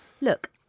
Look